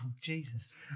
Jesus